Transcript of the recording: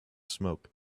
smoke